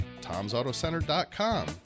tomsautocenter.com